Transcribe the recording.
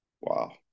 Wow